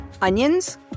onions